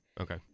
Okay